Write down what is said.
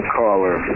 caller